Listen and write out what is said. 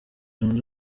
zunze